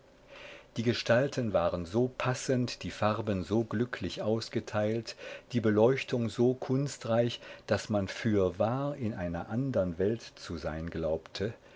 die gestalten waren so passend die farben so glücklich ausgeteilt die beleuchtung so kunstreich daß man fürwahr in einer andern welt zu sein glaubte